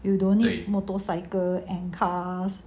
you don't need motorcycles and cars